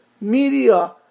media